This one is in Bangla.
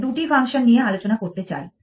আমি দুটি ফাংশন নিয়ে আলোচনা করতে চাই